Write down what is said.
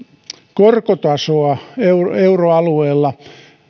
korkotasoa euroalueella